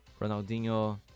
Ronaldinho